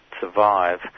survive